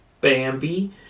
Bambi